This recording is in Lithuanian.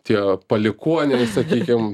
tie palikuoniai sakykim